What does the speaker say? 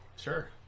Sure